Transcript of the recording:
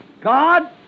God